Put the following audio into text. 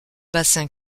bassin